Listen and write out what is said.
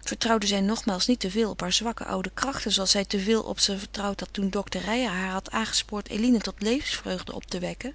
vertrouwde zij nogmaals niet te veel op hare zwakke oude krachten zooals zij te veel op ze vertrouwd had toen dokter reijer haar had aangespoord eline tot levensvreugde op te wekken